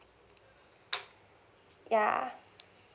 ya